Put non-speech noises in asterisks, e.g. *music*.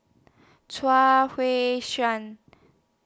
*unintelligible* Hui *unintelligible*